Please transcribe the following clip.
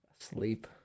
asleep